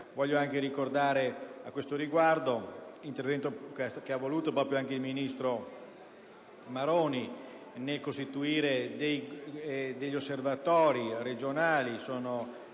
Voglio anche ricordare, a questo riguardo, l'intervento che ha voluto il ministro Maroni nel costituire osservatori regionali